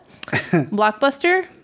blockbuster